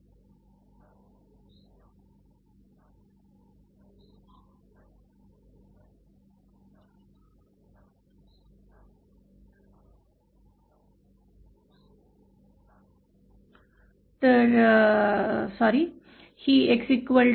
क्षमस्व हे X 0 ची लाइन आहे हे X 0